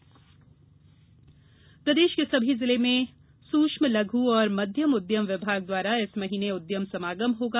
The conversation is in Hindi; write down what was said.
लघु उद्योग प्रदेश के सभी जिले में सूक्ष्म लघु एवं मध्यम उद्यम विभाग द्वारा इस माह उद्यम समागम होगा